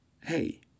hey